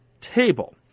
table